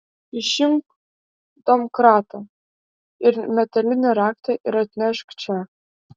išimk domkratą ir metalinį raktą ir atnešk čia